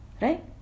Right